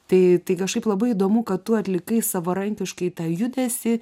tai tai kažkaip labai įdomu kad tu atlikai savarankiškai tą judesį